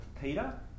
Peter